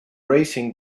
racing